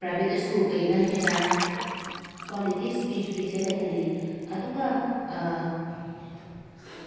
private ꯁ꯭ꯀꯨꯜꯈꯩꯅ ꯍꯦꯟꯅ quality education ꯂꯩꯍꯜꯂꯤ ꯑꯗꯨꯒ